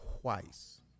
twice